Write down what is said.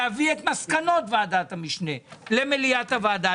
להביא את מסקנות ועדת המשנה למליאת הוועדה,